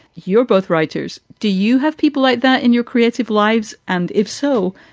you're both writers. do you have people like that in your creative lives? and if so,